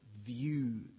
view